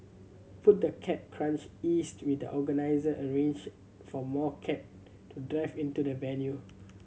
put the cab crunch eased when the organizer arranged for more cab to drive into the venue